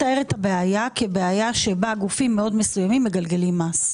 הבעיה כבעיה שבה גופים מאוד מסוימים מגלגלים מס.